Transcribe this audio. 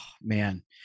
man